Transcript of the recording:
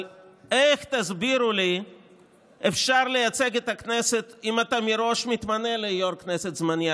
אבל תסבירו לי איך אפשר לייצג את הכנסת אם מראש מתמנים ליו"ר כנסת זמני.